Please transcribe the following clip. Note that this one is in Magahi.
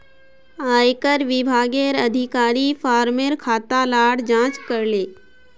आयेकर विभागेर अधिकारी फार्मर खाता लार जांच करले